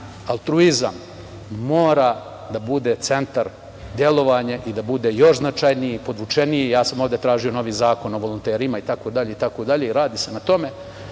altruizam mora da bude centar delovanja i da bude još značajniji, podvučeniji. Ja sam ovde tražio novi zakon o volonterima itd, radi se na tome.